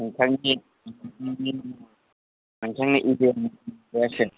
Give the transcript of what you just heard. नोंथांनि नोंथांनि एरियानि एम एल ए आ सोर